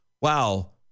wow